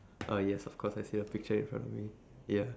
uh yes of course I see a picture in front of me yeah